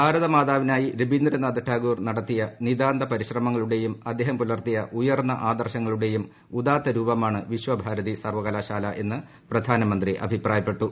ഭാരത മാതാവിനായി രവീന്ദ്രനാഥ ടാഗോർ നടത്തിയ നിദാന്ത പരിശ്രമങ്ങളുടെയും അദ്ദേഹം പുലർത്തിയ ഉയർന്ന ആദർശങ്ങളുടെയും ഉദാത്ത രൂപമാണ് വിശ്വഭാരതി സർവ്വകലാശാല എന്ന് പ്രധാനമന്ത്രി അഭിപ്രായപ്പെട്ടു